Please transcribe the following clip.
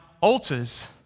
altars